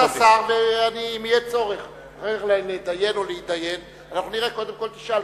ואם יהיה צורך להידיין, נראה, קודם כול תשאל.